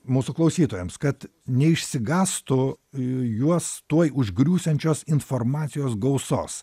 mūsų klausytojams kad neišsigąstų juos tuoj užgriūsiančios informacijos gausos